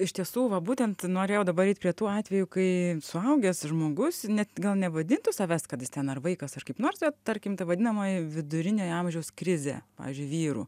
iš tiesų va būtent norėjau dabar eit prie tų atvejų kai suaugęs žmogus net gal nevadintų savęs kad jis ten ar vaikas ar kaip nors bet tarkim vadinamoji viduriniojo amžiaus krizė pavyzdžiui vyrų